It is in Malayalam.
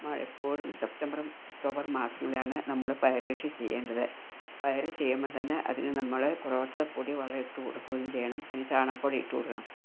പലപ്പോഴും സെപ്റ്റംബറും ഒക്ടോബർ മാസങ്ങളിലാണ് നമ്മള് പയറ് കൃഷി ചെയ്യേണ്ടത് പയറ് ചെയ്യുമ്പം തന്നെ അതിന് നമ്മള് കുറച്ച് പൊടി വളം ഇട്ടു കൊടുക്കുകയും ചെയ്യണം അതിന് ചാണാപ്പൊടി ഇട്ട് കൊടുക്കണം